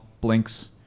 blinks